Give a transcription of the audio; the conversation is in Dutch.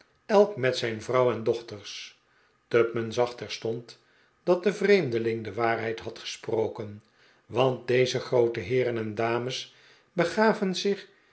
elk met zijn vrouw en dochters tupman zag terstond dat de vreemdeling de waarheid had gesproken want deze groote heeren en dames begaven zich